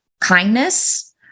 kindness